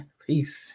peace